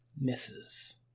misses